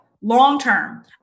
long-term